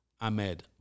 Ahmed